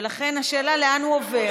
ולכן השאלה לאן הוא עובר.